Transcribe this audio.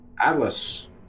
Atlas